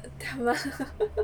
干嘛